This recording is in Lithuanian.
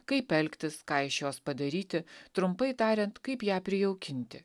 kaip elgtis ką iš jis padaryti trumpai tariant kaip ją prijaukinti